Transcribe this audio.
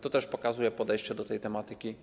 To też pokazuje podejście do tej tematyki.